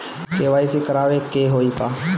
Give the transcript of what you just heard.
KYC करावे के होई का?